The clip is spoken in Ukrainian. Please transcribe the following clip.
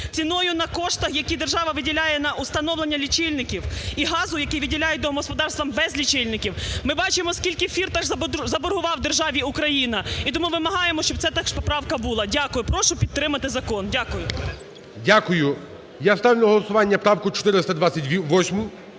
ціною на коштах, які держава виділяє на установлення лічильників і газу, який виділяють домогосподарствам без лічильників. Ми бачимо, скільки Фірташ заборгував державі Україна. І тому вимагаємо, щоб ця теж поправка була. Дякую. Прошу підтримати закон. Дякую. ГОЛОВУЮЧИЙ. Дякую. Я ставлю на голосування правку 428.